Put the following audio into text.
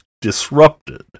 disrupted